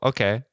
Okay